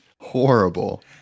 horrible